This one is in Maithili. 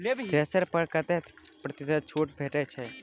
थ्रेसर पर कतै प्रतिशत छूट भेटय छै?